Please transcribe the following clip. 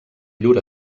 llur